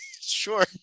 sure